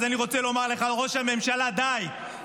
אז אני רוצה לומר לך, ראש הממשלה: די.